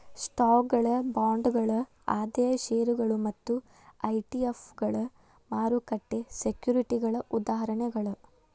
ಸ್ಟಾಕ್ಗಳ ಬಾಂಡ್ಗಳ ಆದ್ಯತೆಯ ಷೇರುಗಳ ಮತ್ತ ಇ.ಟಿ.ಎಫ್ಗಳ ಮಾರುಕಟ್ಟೆ ಸೆಕ್ಯುರಿಟಿಗಳ ಉದಾಹರಣೆಗಳ